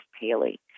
Paley